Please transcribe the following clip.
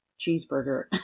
cheeseburger